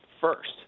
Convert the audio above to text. first